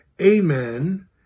amen